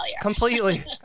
Completely